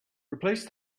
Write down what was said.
replace